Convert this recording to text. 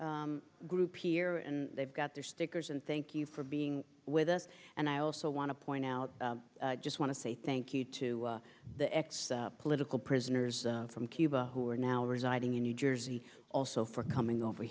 group here they've got their stickers and thank you for being with us and i also want to point out just want to say thank you to the x political prisoners from cuba who are now residing in new jersey also for coming over